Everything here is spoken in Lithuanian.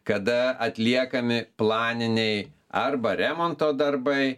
kada atliekami planiniai arba remonto darbai